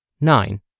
Nine